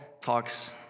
talks